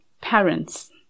parents